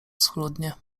schludnie